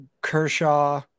Kershaw